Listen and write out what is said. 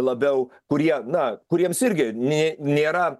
labiau kurie na kuriems irgi nė nėra